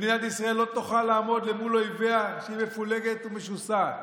מדינת ישראל לא תוכל לעמוד אל מול אויביה כשהיא מפולגת ומשוסעת.